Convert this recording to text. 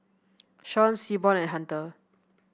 Shawn Seaborn and Hunter